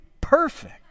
perfect